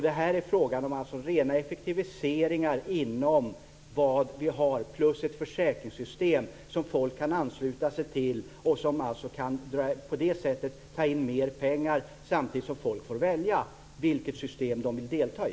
Det här är frågan om rena effektiviseringar inom det vi har plus ett försäkringssystem som folk kan ansluta sig till och som på det sättet kan ta in mer pengar samtidigt som folk får välja vilket system de vill delta i.